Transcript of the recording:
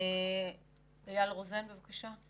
אייל רוזן, בבקשה.